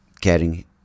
caring